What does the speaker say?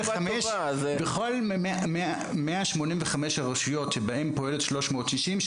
בכל 185 הרשויות בהן פועלת תוכנית ׳360׳,